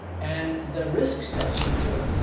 and the risks that she took.